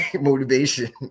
motivation